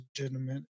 legitimate